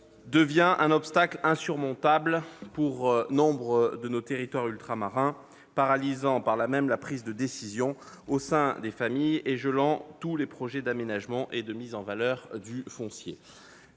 devient un obstacle insurmontable dans nombre de nos territoires ultramarins, paralysant la prise de décision au sein des familles et gelant tous les projets d'aménagement et de mise en valeur du foncier.